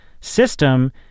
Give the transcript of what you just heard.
system